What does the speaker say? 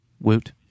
Woot